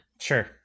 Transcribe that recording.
Sure